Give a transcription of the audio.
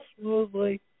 smoothly